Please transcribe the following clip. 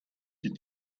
die